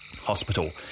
hospital